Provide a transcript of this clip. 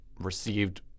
received